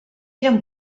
eren